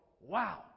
Wow